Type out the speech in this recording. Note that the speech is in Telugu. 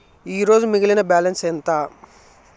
ఈరోజు మిగిలిన బ్యాలెన్స్ ఎంత?